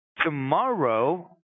tomorrow